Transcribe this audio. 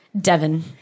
Devon